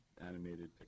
animated